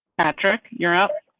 patrick, you're up.